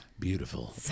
beautiful